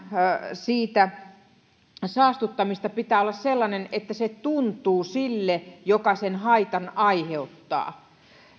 siitä saastuttamisesta pitää olla sellainen että se tuntuu sille joka sen haitan aiheuttaa